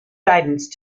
guidance